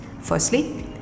firstly